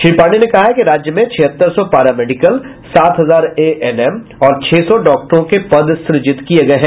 श्री पाण्डेय ने कहा कि राज्य में छिहत्तर सौ पारा मेडिकल सात हजार एएनएम और छह सौ डॉक्टरों के पद सृजित किये गये हैं